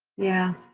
yeah,